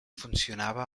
funcionava